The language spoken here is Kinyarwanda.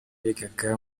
bigaga